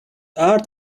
art